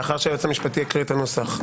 לאחר שהיועץ המשפטי יקריא את הנוסח,